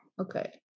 Okay